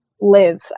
live